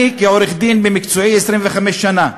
אני עורך-דין במקצועי 25 שנה.